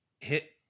Hit